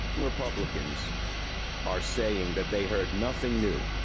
republicans are saying that they heard nothing new.